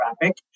traffic